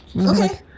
Okay